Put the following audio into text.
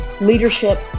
leadership